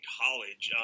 college